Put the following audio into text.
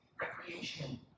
Recreation